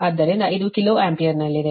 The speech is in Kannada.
ಆದ್ದರಿಂದ ಇದು ಕಿಲೋ ಆಂಪಿಯರ್ನಲ್ಲಿದೆ